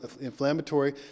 inflammatory